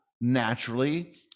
naturally